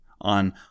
on